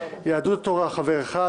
יהדות התורה חבר אחד,